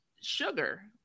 Sugar